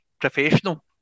professional